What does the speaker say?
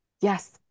yes